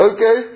Okay